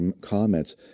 comments